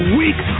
weak